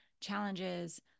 challenges